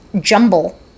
jumble